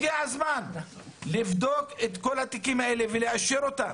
הגיע הזמן לבדוק את כל התיקים האלה ולאשר אותם.